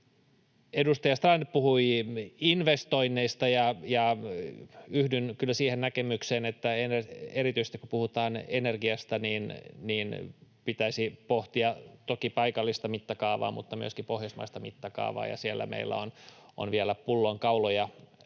Edustaja Strand puhui investoinneista, ja yhdyn kyllä siihen näkemykseen, että erityisesti, kun puhutaan energiasta, pitäisi pohtia toki paikallista mittakaavaa mutta myöskin pohjoismaista mittakaavaa. Siellä meillä on vielä pullonkauloja